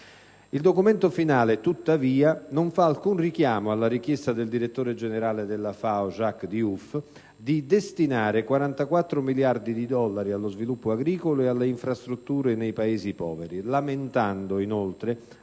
Il documento finale, tuttavia, non fa alcun richiamo alla richiesta del direttore generale della FAO, Jacques Diouf, di destinare 44 miliardi di dollari allo sviluppo agricolo e alle infrastrutture nei Paesi poveri, lamentando, inoltre,